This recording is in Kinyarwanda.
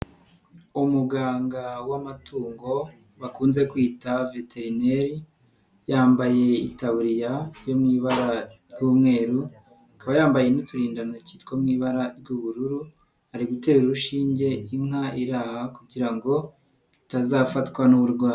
Umuganga w'amatungo bakunze kwita veterineri yambaye itaburiya yo mu ibara ry'umweru, akaba yambaye n'uturindantoki two mu ibara ry'ubururu, ari gutera urushinge inka iri aha kugira ngo itazafatwa n'uburwayi.